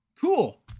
cool